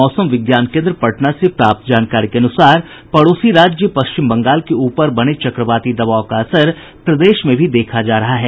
मौसम विज्ञान केन्द्र पटना से प्राप्त जानकारी के अनुसार पड़ोसी राज्य पश्चिम बंगाल के ऊपर बने चक्रवाती दबाव का असर प्रदेश में देखा जा रहा है